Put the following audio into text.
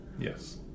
Yes